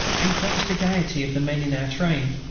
and quenched the gaiety of the men in our train.